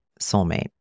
soulmate